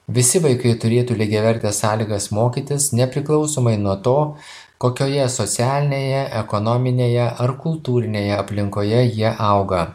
visi vaikai turėtų lygiavertes sąlygas mokytis nepriklausomai nuo to kokioje socialinėje ekonominėje ar kultūrinėje aplinkoje jie auga